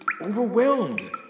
overwhelmed